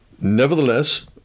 Nevertheless